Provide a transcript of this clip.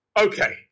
Okay